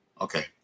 Okay